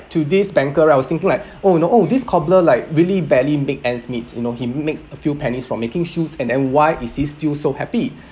to this banker right was thinking like oh you know oh this cobbler like really barely make ends meets you know he makes a few pennies from making shoes and then why is he still so happy